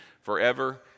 forever